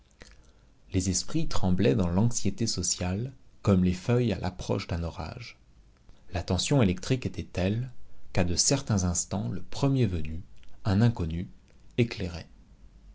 les esprits tremblaient dans l'anxiété sociale comme les feuilles à l'approche d'un orage la tension électrique était telle qu'à de certains instants le premier venu un inconnu éclairait